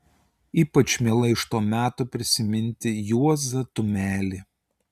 ypač miela iš to meto prisiminti juozą tumelį